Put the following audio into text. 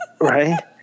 Right